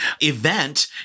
event